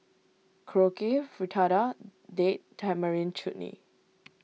Korokke Fritada Date Tamarind Chutney